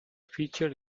featured